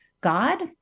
God